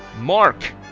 Mark